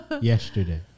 yesterday